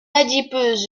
adipeuse